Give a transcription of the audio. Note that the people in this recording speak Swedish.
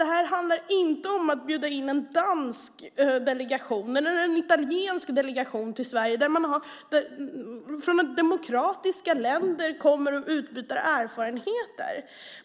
Det här handlar inte om att bjuda in en dansk eller en italiensk delegation till Sverige. Det är inte som när man kommer från demokratiska länder och utbyter erfarenheter.